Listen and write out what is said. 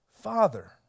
Father